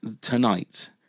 tonight